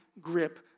grip